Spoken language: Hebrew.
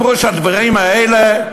ואמרו שהדברים האלה,